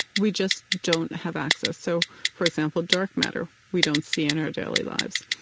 we just don't have access. so for example, dark matter, we don't see in our daily lives.